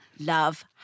love